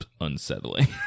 unsettling